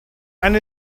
and